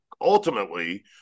ultimately